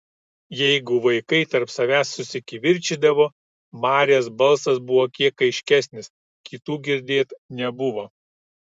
jeigu vaikai tarp savęs susikivirčydavo marės balsas buvo kiek aiškesnis kitų girdėt nebuvo